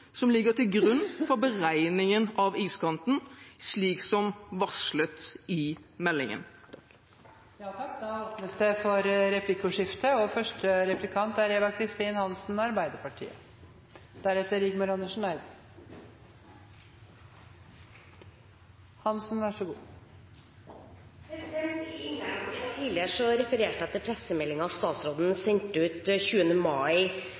som ligger til grunn for beregningen av iskanten, slik som varslet i meldingen. Det blir replikkordskifte. I innlegget litt tidligere refererte jeg til pressemeldingen som statsråden sendte ut